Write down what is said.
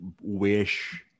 wish